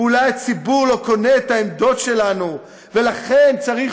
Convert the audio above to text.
ועל: אולי הציבור לא קונה את העמדות שלנו ולכן צריך,